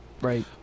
Right